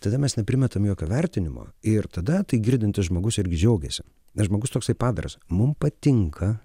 tada mes neprimetam jokio vertinimo ir tada tai girdintis žmogus irgi džiaugiasi nes žmogus toksai padaras mum patinka